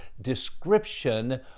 description